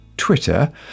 Twitter